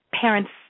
parents